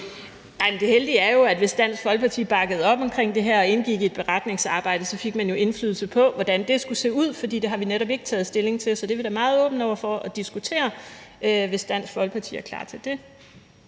det heldige er jo, at hvis Dansk Folkeparti bakkede op om det her og indgik i et beretningsarbejde, fik man jo indflydelse på, hvordan det skulle se ud, for det har vi netop ikke taget stilling til. Så det er vi da meget åbne over for at diskutere, hvis Dansk Folkeparti er klar til det.